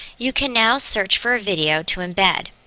you can now search for a video to embed.